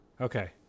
Okay